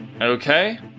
Okay